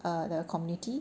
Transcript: the community